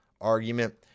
argument